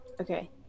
okay